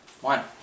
One